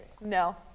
no